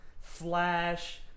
flash